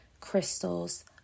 crystals